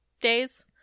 days